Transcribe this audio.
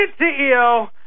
CEO